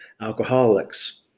alcoholics